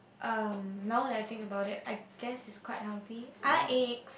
um now that I think about it I guess is quite healthy I like eggs